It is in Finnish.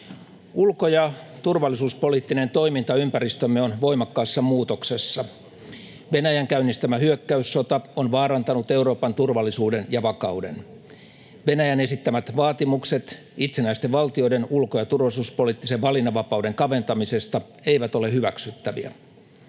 Ulko- ja turvallisuuspoliittinen toimintaympäristömme on voimakkaassa muutoksessa. Venäjän käynnistämä hyökkäyssota on vaarantanut Euroopan turvallisuuden ja vakauden. Venäjän esittämät vaatimukset itsenäisten valtioiden ulko- ja turvallisuuspoliittisen valinnanvapauden kaventamisesta eivät ole hyväksyttäviä.